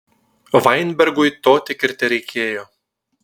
vainbergui to tik ir tereikėjo